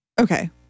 Okay